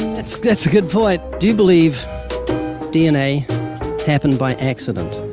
that's that's a good point. do you believe dna happened by accident?